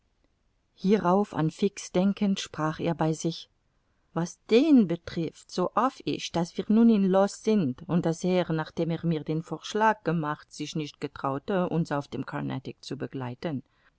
hierauf an fix denkend sprach er bei sich was den betrifft so hoff ich daß wir nun ihn los sind und daß er nachdem er mir den vorschlag gemacht sich nicht getraute uns auf dem carnatic zu